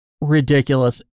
ridiculous